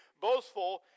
boastful